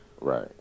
Right